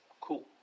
cool